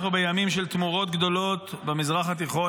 אנחנו בימים של תמורות גדולות במזרח התיכון.